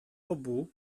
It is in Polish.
obu